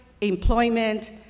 employment